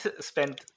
spend